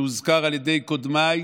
שהוזכר על ידי קודמיי,